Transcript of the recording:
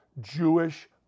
Jewish